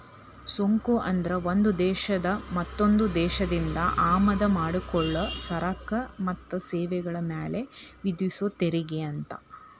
ಸುಂಕ ಅಂದ್ರ ಒಂದ್ ದೇಶ ಮತ್ತೊಂದ್ ದೇಶದಿಂದ ಆಮದ ಮಾಡಿಕೊಳ್ಳೊ ಸರಕ ಮತ್ತ ಸೇವೆಗಳ ಮ್ಯಾಲೆ ವಿಧಿಸೊ ತೆರಿಗೆ ಅಂತ